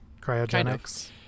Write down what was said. Cryogenics